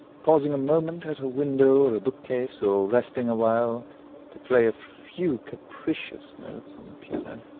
pausing a moment at a window or a bookcase, or resting awhile to play a few capricious notes on the piano,